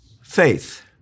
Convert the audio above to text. faith